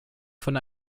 von